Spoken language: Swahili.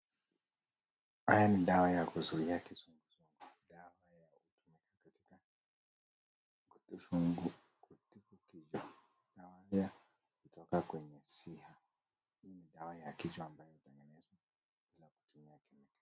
Hii ni dawa ya kuzuia kizunguzungu. Dawa ya kutumika katika kutibu kizingu kutibu kizingu. Dawa ya kutoka kwenye siha. Hii ni dawa ya kichwa ambayo imetengenezwa za kutumia kiliniki.